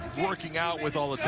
working out with all